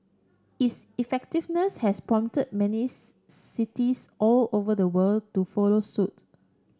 its effectiveness has prompted many cities all over the world to follow suit